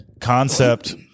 concept